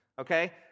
Okay